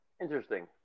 Interesting